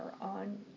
on